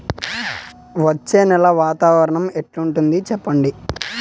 వచ్చే నెల వాతావరణం ఎట్లుంటుంది చెప్పండి?